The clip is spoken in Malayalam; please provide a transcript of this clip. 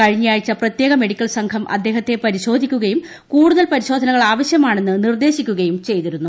കഴിഞ്ഞ ആഴ്ച പ്രത്യേക മെഡിക്കൽ സംഘം അദ്ദേഹത്തെ പരിശോധിക്കുകയും കൂടുതൽ പരിശോധനകൾ ആവശ്യമാണെന്ന് നിർദ്ദേശിക്കുകയും ചെയ്തിരുന്നു